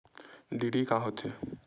DD का होथे?